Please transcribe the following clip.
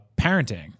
parenting